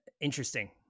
interesting